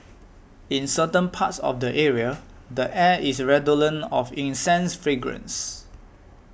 in certain parts of the area the air is redolent of incense fragrance